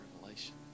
revelation